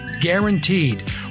Guaranteed